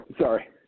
Sorry